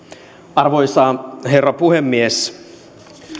arvoisa herra puhemies